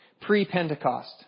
pre-Pentecost